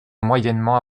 moyennement